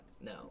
No